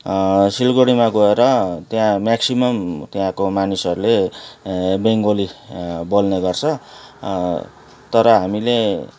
सिलगडीमा गएर त्यहाँ मेक्सिमम त्यहाँको मानिसहरूले बेङ्गोली बोल्ने गर्छ तर हामीले